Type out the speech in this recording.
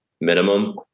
minimum